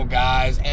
guys